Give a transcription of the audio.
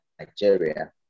Nigeria